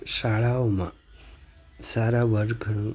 શાળાઓમાં સારા વર્ગ ખંડ